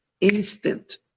instant